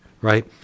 right